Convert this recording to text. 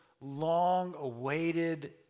long-awaited